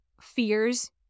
fears